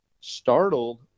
startled